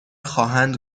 خواهند